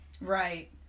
Right